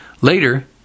Later